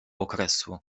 okresu